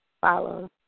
follow